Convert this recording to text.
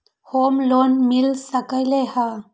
Home loan मिल सकलइ ह?